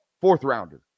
fourth-rounder